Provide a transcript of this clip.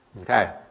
Okay